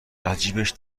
ازجیبش